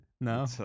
No